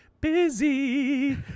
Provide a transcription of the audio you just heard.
busy